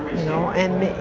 you know. and,